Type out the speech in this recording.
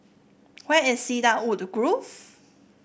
where is Cedarwood Grove